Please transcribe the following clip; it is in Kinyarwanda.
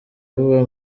vuba